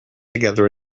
together